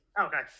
Okay